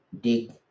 dig